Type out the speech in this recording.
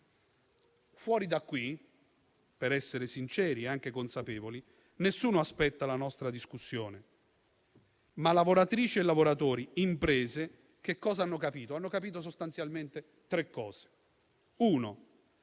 Fuori da qui, per essere sinceri e anche consapevoli, nessuno aspetta la nostra discussione. Lavoratrici, lavoratori e imprese hanno solo capito sostanzialmente tre cose.